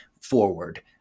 forward